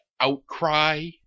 outcry